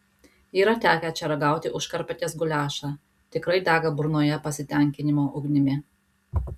yra tekę čia ragauti užkarpatės guliašą tikrai dega burnoje pasitenkinimo ugnimi